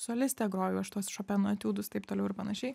solistė grojau aš tuos šopeno etiudus taip toliau ir panašiai